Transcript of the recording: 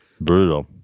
Brutal